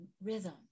rhythm